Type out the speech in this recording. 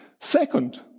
second